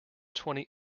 twenty